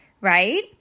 right